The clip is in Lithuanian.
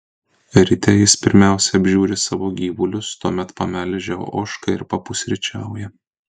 ryte jis pirmiausia apžiūri savo gyvulius tuomet pamelžia ožką ir papusryčiauja